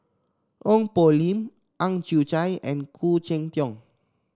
Ong Poh Lim Ang Chwee Chai and Khoo Cheng Tiong